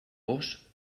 vós